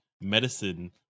medicine